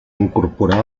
incorporar